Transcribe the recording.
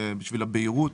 בשביל הבהירות,